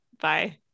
Bye